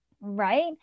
right